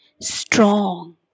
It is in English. strong